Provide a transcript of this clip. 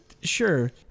sure